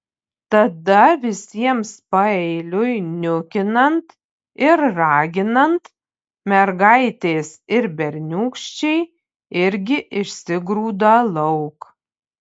tada visiems paeiliui niukinant ir raginant mergaitės ir berniūkščiai irgi išsigrūda lauk